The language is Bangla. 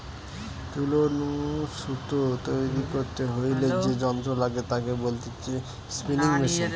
তুলো নু সুতো তৈরী করতে হইলে যে যন্ত্র লাগে তাকে বলতিছে স্পিনিং মেশিন